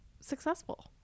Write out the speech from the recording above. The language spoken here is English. successful